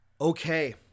Okay